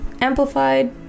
amplified